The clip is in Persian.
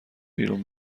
بیرون